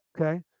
okay